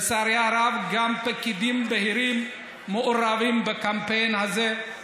לצערי הרב, גם פקידים בכירים מעורבים בקמפיין הזה.